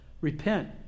repent